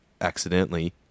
accidentally